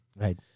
Right